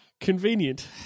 Convenient